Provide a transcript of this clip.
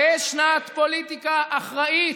תהא שנת פוליטיקה אחראית,